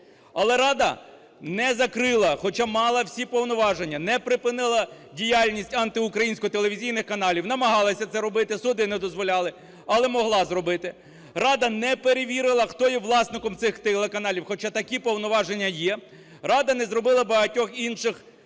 Але рада не закрила, хоча мала всі повноваження, не припинила діяльність антиукраїнську телевізійних каналів, намагалася це робити, суди не дозволяли, але могла зробити. Рада не перевірила, хто є власником цих телеканалів, хоча такі повноваження є. Рада не зробила багатьох інших